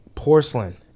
porcelain